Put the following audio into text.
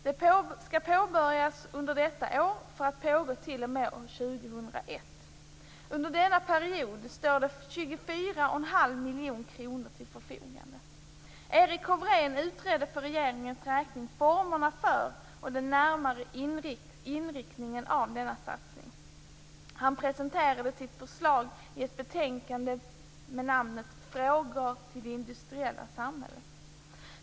Den skall påbörjas under detta år för att pågå t.o.m. år 2001. Under denna period står det 24,5 miljoner kronor till förfogande. Erik Hofren utredde för regeringens räkning formerna för och den närmare inriktningen av denna satsning. Han presenterade sitt förslag i ett betänkande med namnet Frågor till industriella samhället.